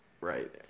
Right